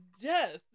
death